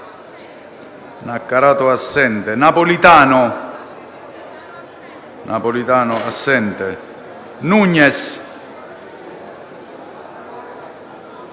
Napolitano,